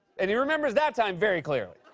and he remembers that time very clearly.